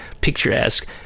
picturesque